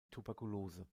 tuberkulose